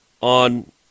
on